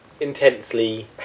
intensely